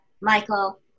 Michael